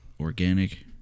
organic